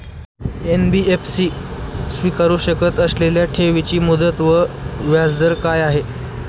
NBFC स्वीकारु शकत असलेल्या ठेवीची मुदत व व्याजदर काय आहे?